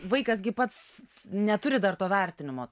vaikas gi pats neturi dar to vertinimo